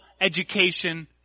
education